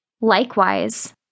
Likewise